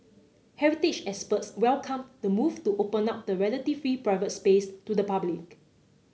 heritage experts welcomed the move to open up the relatively private space to the public